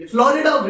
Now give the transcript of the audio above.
Florida